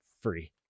free